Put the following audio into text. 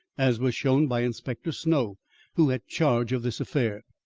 as was shown by inspector snow who had charge of this affair.